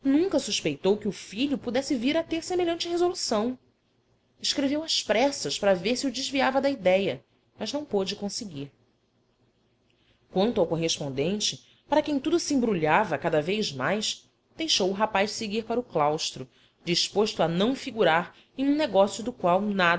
nunca suspeitou que o filho pudesse vir a ter semelhante resolução escreveu às pressas para ver se o desviava da idéia mas não pôde conseguir quanto ao correspondente para quem tudo se embrulhava cada vez mais deixou o rapaz seguir para o claustro disposto a não figurar em um negócio do qual